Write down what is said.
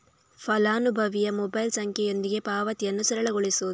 ಫಲಾನುಭವಿಯ ಮೊಬೈಲ್ ಸಂಖ್ಯೆಯೊಂದಿಗೆ ಪಾವತಿಯನ್ನು ಸರಳಗೊಳಿಸುವುದು